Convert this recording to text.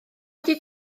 wedi